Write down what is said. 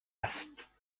هست